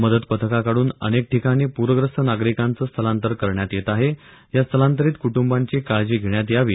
मदत पथकाकडून अनेक ठिकाणी पूरग्रस्त नागरिकांचे स्थलांतर करण्यात येत आहे या स्थलांतरीत कुटुंबांची काळजी घेण्यात यावी